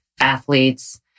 athletes